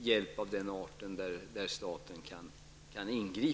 hjälp av den arten att staten kan ingripa.